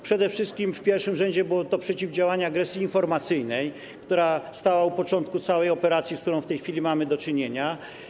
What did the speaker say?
Przede wszystkim w pierwszym rzędzie było to przeciwdziałanie agresji informacyjnej, która stała u początku całej operacji, z którą w tej chwili mamy do czynienia.